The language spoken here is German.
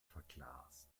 verglast